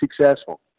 successful